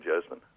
jasmine